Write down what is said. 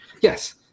Yes